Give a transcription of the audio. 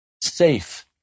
safe